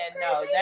no